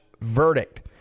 verdict